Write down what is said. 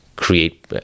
create